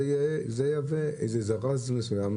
זה יהווה איזה זרז מסוים,